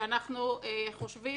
אדוני היושב-ראש,